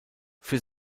für